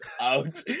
out